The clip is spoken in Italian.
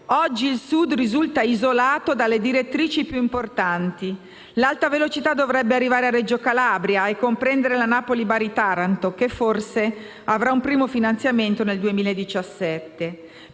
Oggi il Sud risulta isolato dalle direttrici più importanti. L'alta velocità dovrebbe arrivare a Reggio Calabria e comprendere la Napoli-Bari-Taranto (che forse avrà un primo finanziamento nel 2017).